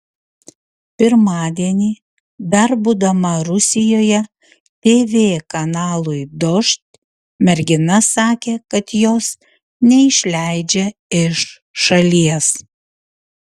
pirmadienį dar būdama rusijoje tv kanalui dožd mergina sakė kad jos neišleidžia iš šalies